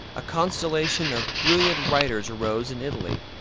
a constellation of brilliant writers arose in italy.